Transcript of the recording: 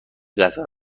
قطار